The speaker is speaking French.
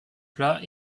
plats